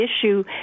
issue